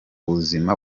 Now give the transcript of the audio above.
buzima